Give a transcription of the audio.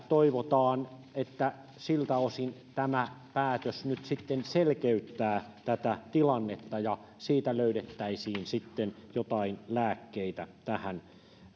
toivotaan että siltä osin tämä päätös nyt sitten selkeyttää tätä tilannetta ja siitä löydettäisiin sitten jotain lääkkeitä tähän